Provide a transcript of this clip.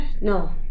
No